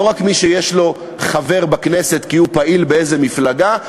לא רק מי שיש לו חבר בכנסת כי הוא פעיל באיזה מפלגה,